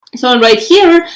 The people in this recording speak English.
so and right here,